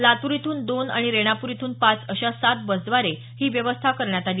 लातूर इथून दोन आणि रेणापूर इथून पाच अशा सात बसद्वारे ही व्यवस्था करण्यात आली